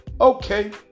Okay